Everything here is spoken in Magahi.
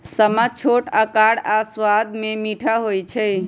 समा छोट अकार आऽ सबाद में मीठ होइ छइ